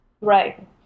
Right